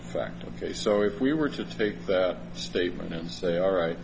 effect ok so if we were to take that statement and say all right